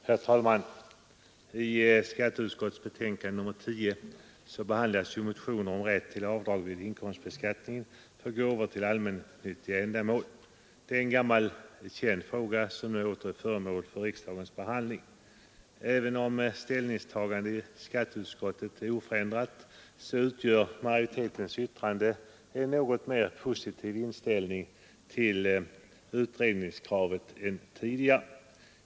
Herr talman! I skatteutskottets betänkande nr 10 behandlas motioner om rätt till avdrag vid inkomstbeskattning för gåvor till allmännyttiga ändamål. Detta är en gammal känd fråga som nu åter är föremål för riksdagens behandling. Även om ställningstagandet i skatteutskottet är oförändrat tyder ändå majoritetens skrivning på en något mer positiv inställning till utredningskravet än tidigare.